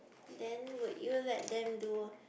then would you let them do